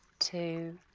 two,